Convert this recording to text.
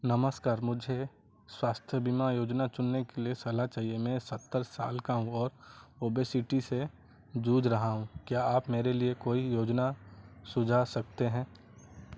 नमस्कार मुझे स्वास्थ्य बीमा योजना चुनने के लिए सलाह चाहिए मैं सत्तर साल का हूँ और ओबेसिटी से जूझ रहा हूँ क्या आप मेरे लिए कोई योजना सुझा सकते हैं